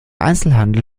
einzelhandel